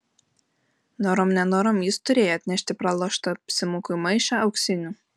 norom nenorom jis turėjo atnešti praloštą simukui maišą auksinių